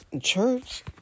Church